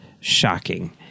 shocking